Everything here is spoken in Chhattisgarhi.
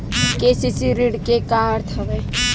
के.सी.सी ऋण के का अर्थ हवय?